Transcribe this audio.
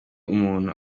umuntu